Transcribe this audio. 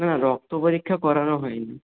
না রক্ত পরীক্ষা করানো হয় নি